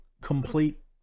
complete